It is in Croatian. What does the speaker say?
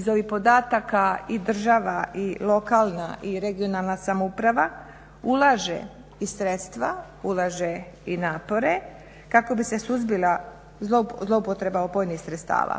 iz ovih podataka i država i lokalna i regionalna samouprava ulaže i sredstva, ulaže i napore kako bi se suzbila zloupotreba opojnih sredstava.